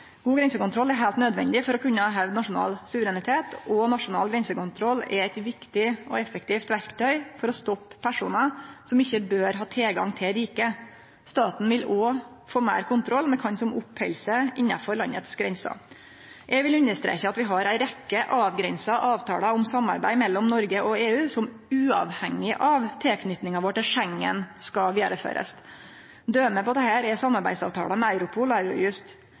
God grensekontroll er heilt nødvendig for å kunne hevde nasjonal suverenitet, og nasjonal grensekontroll er eit viktig og effektivt verktøy for å stoppe personar som ikkje bør ha tilgang til riket. Staten vil òg få meir kontroll med kven som oppheld seg innanfor landegrensene. Eg vil understreke at vi har ei rekkje avgrensa avtalar om samarbeid mellom Noreg og EU som, uavhengig av tilknytinga vår til Schengen, skal vidareførast. Døme på dette er samarbeidsavtalar med Europol